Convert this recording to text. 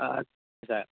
আচ্ছা